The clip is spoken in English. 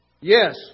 Yes